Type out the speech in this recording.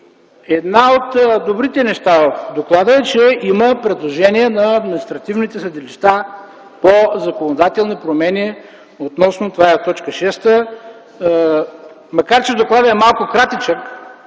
едно от добрите неща в доклада е, че има предложение на административните съдилища по законодателни промени относно тази т. 6, макар че докладът е малко кратичък.